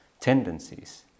tendencies